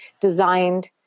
designed